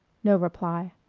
no reply.